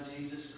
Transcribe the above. Jesus